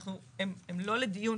הם לא לדיון.